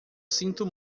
sinto